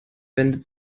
wendet